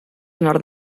nord